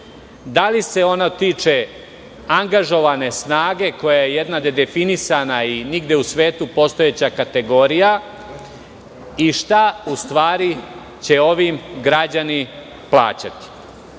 da li se ono tiče angažovane snage koja je jedna nedefinisana i nigde u svetu postojeća kategorija i šta će u stvari ovim poskupljenjem građani plaćati?